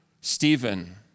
Stephen